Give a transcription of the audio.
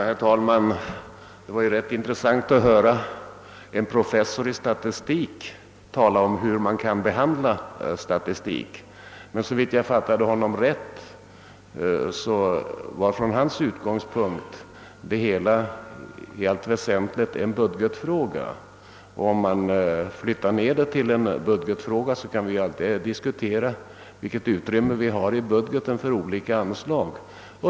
Herr talman! Det var intressant att höra en professor i statistik tala om hur man kan behandla statistik. Såvitt jag fattade honom rätt var från hans utgångspunkt det hela i allt väsentligt en budgetfråga. Om man flyttar ned det till en budgetfråga, kan vi alltid diskutera vilket utrymme vi har i budgeten för olika anslag.